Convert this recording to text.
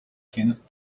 kenneth